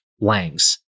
Lang's